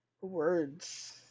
Words